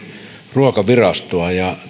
ruokavirastoa ja